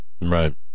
right